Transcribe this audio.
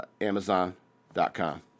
Amazon.com